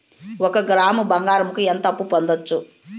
ఒక గ్రాము బంగారంకు ఎంత అప్పు పొందొచ్చు